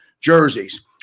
jerseys